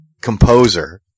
composer